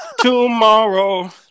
tomorrow